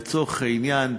לצורך העניין,